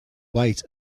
weight